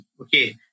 okay